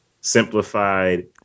simplified